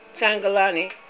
Changalani